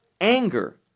anger